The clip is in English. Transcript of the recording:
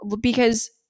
because-